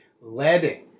Letting